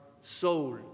soul